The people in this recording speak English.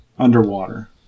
Underwater